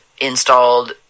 installed